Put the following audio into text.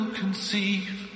conceive